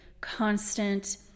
constant